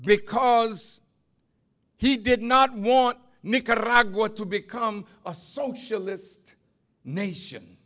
because he did not want nicaragua to become a socialist nation